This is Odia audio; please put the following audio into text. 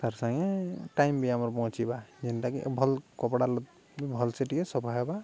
ତାର୍ ସାଙ୍ଗେ ଟାଇମ୍ ବି ଆମର ପହଞ୍ଚିବା ଯେନ୍ଟାକି ଭଲ୍ କପଡ଼ା ଭଲସେ ଟିକେ ସଫା ହେବା